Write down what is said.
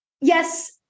Yes